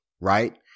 right